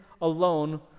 alone